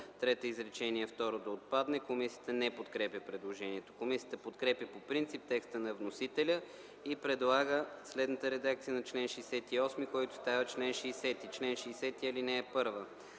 ал. 3 изречение второ да отпадне. Комисията не подкрепя предложението. Комисията подкрепя по принцип текста на вносителя и предлага следната редакция на чл. 68, който става чл. 60: „Чл. 60. (1) След